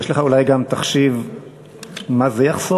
יש לך אולי גם תחשיב מה זה יחסוך,